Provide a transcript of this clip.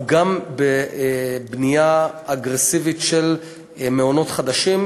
אנחנו גם בבנייה אגרסיבית של מעונות חדשים,